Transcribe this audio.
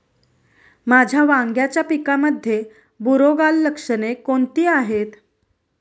माझ्या वांग्याच्या पिकामध्ये बुरोगाल लक्षणे कोणती आहेत?